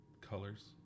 colors